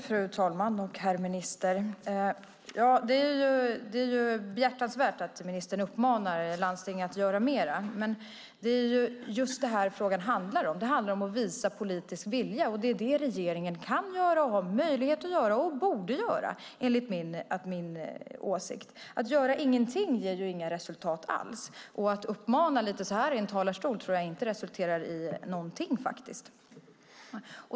Fru talman! Det är behjärtansvärt att ministern uppmanar landstingen att göra mer. Men det är just detta frågan handlar om. Det handlar om att visa politisk vilja. Det är det regeringen kan göra, har möjlighet att göra och borde göra, enligt min åsikt. Att göra ingenting ger inga resultat alls. Och att uppmana lite grann i en talarstol tror jag faktiskt inte resulterar i någonting.